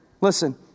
listen